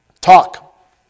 talk